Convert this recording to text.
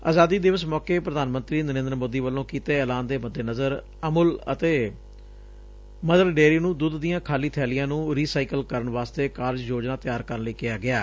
ਆਜ਼ਾਦੀ ਦਿਵਸ ਮੌਕੇ ਪ੍ਰਧਾਨ ਮੰਤਰੀ ਨਰੇਂਦਰ ਸੋਦੀ ਵਲੋਂ ਕੀਤੇ ਐਲਾਨ ਦੇ ਮੱਦੇ ਨਜ਼ਰ ਅਮੁਲ ਅਤੇ ਮਦਰ ਡੇਅਰੀ ਨੂੰ ਦੁੱਧ ਦੀਆਂ ਖਾਲੀ ਬੈਲੀਆਂ ਨੂੰ ਰੀਸਾਈਕਲ ਕਰਨ ਵਾਸਤੇ ਕਾਰਜ ਯੋਜਨਾ ਤਿਆਰ ਕਰਨ ਲਈ ਕਿਹਾ ਗਿਐ